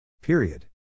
Period